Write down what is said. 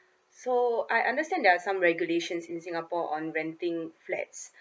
so I understand there are some regulations in singapore on renting flats